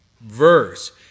verse